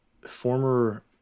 Former